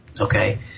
Okay